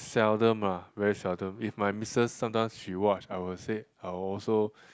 seldom lah very seldom if my missus sometimes she watch I will say I will also